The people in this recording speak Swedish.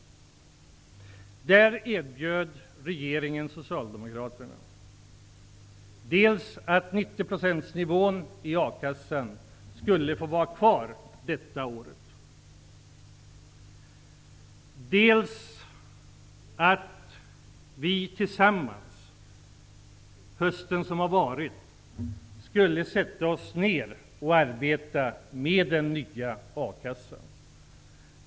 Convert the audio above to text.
Regeringen erbjöd då socialdemokraterna dels att 90-procentsnivån i akassan skulle få vara kvar detta år, dels att vi tillsammans under hösten som har varit skulle sätta oss ner och arbeta med den nya a-kassan.